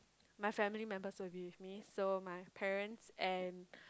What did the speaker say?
my family members will be with me so my parents and